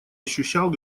ощущал